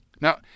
Now